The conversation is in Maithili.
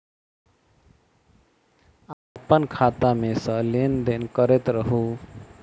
अहाँ अप्पन खाता मे सँ लेन देन करैत रहू?